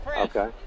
Okay